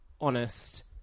honest